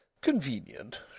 Convenient